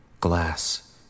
Glass